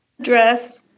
dress